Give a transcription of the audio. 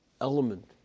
element